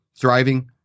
thriving